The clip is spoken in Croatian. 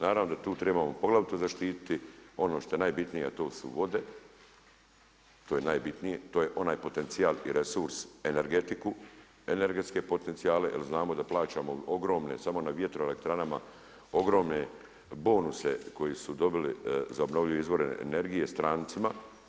Naravno da tu trebamo poglavito zaštititi ono što je najbitnije, a to su vode, to je najbitnije, to je onaj potencijal i resurs energetiku, energetske potencijale jel znamo da plaćamo ogromne samo na vjetroelektranama ogromne bonuse koji su dobili za obnovljive izvore energije strancima.